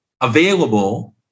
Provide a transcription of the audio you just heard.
available